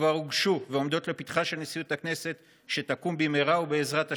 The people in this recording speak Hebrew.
שכבר הוגשו ועומדות לפתחה של נשיאות הכנסת שתקום במהרה ובעזרת השם.